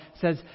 says